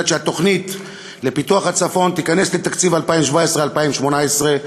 שהתוכנית לפיתוח הצפון תיכנס לתקציב 2017 2018,